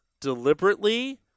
deliberately